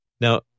Now